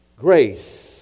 Grace